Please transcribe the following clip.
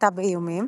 סחיטה באיומים,